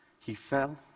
he fell,